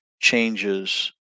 changes